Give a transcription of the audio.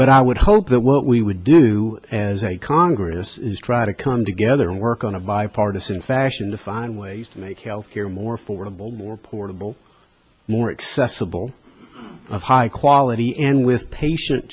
but i would hope that what we would do as a congress is try to come together work on a bipartisan fashion to find ways to make health care more affordable more portable more accessible of high quality and with patient